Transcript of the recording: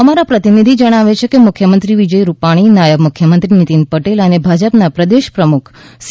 અમારા પ્રતિનિધિ જણાવે છે કે મુખ્યમંત્રી વિજય રૂપાણી નાયબ મુખ્યમંત્રી નિતિન પટેલ અને ભાજપના પ્રદેશ પ્રમુખ સી